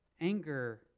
anger